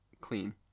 clean